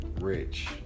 rich